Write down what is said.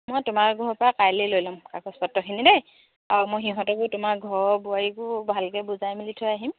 মই তোমাৰ ঘৰৰপৰা কাইলেই লৈ ল'ম কাগজ পত্ৰখিনি দেই আৰু মই সিহঁতকো তোমাৰ ঘৰৰ বোৱাৰীকো ভালকৈ বুজাই মেলি থৈ আহিম